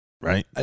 right